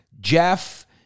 Jeff